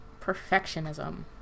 Perfectionism